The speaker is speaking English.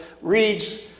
reads